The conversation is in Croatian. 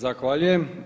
Zahvaljujem.